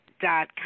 dot